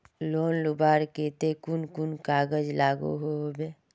Loan लुबार केते कुन कुन कागज लागोहो होबे?